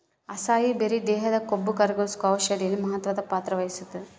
acai berry ದೇಹದ ಕೊಬ್ಬುಕರಗ್ಸೋ ಔಷಧಿಯಲ್ಲಿ ಮಹತ್ವದ ಪಾತ್ರ ವಹಿಸ್ತಾದ